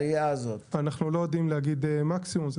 אנחנו לא יודעים להגיד את המקסימום של העלייה,